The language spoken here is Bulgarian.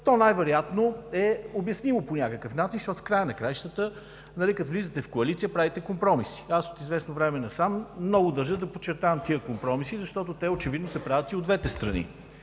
То най-вероятно е обяснимо по някакъв начин. В края на краищата, като влизате в коалиция, правите компромиси. От известно време насам много държа да подчертавам тези компромиси, защото те очевидно се правят и от двете страни.